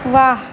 वाह